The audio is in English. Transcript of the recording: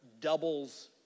doubles